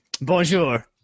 Bonjour